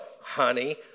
honey